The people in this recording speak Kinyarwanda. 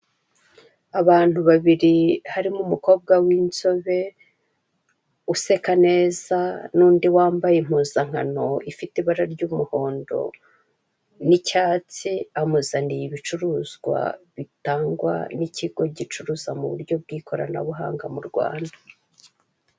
Abantu babiri harimo umukobwa w'inzobe useka neza n'undi wambaye impuzankano ifite ibara ry'umuhondo n'icyatsi, amuzaniye ibicuruzwa bitangwa n'ikigo gicuruza mu buryo bw'ikoranabuhanga mu Rwanda.